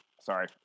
Sorry